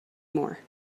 more